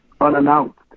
unannounced